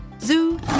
Zoo